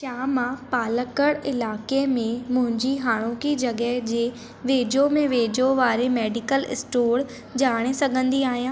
क्या मां पालक्काड़ इलाइक़े में मुंहिंजी हाणोकी जॻहि जे वेझो में वेझो वारे मेडिकल स्टोर ॼाणे सघंदी आहियां